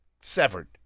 severed